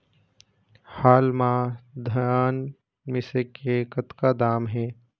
हाल मा धान मिसे के कतका दाम हे?